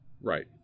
Right